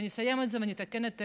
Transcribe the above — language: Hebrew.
ונסיים את זה ונתקן את העיוות.